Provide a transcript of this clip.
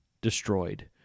destroyed